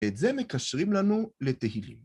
את זה מקשרים לנו לתהילים.